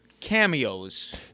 cameos